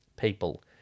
people